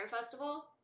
Festival